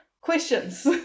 questions